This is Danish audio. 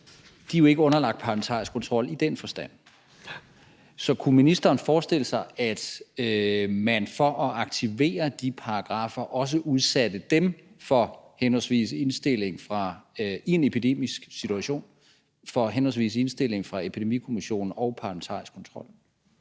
jo ikke underlagt parlamentarisk kontrol i den forstand. Så kunne ministeren forestille sig, at man for at aktivere de paragraffer i en epidemisk situation også underlagde dem henholdsvis indstilling fra Epidemikommissionen og parlamentarisk kontrol?